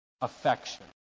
affection